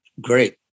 great